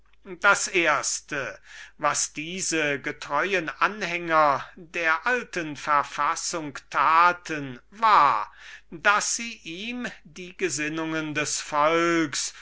das erste was sie taten war daß sie ihm die gesinnungen des volkes